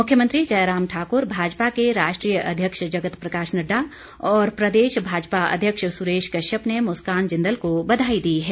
मुख्यमंत्री जयराम ठाकुर भाजपा के राष्ट्रीय अध्यक्ष जगत प्रकाश नड्डा और प्रदेश भाजपा अध्यक्ष सुरेश कश्यप ने मुस्कान जिंदल को बधाई दी है